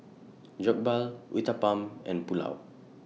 Jokbal Uthapam and Pulao